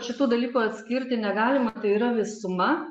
šitų dalykų atskirti negalima tai yra visuma